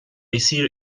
jsir